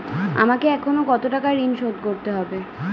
আমাকে এখনো কত টাকা ঋণ শোধ করতে হবে?